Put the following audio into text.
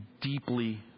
deeply